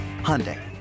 Hyundai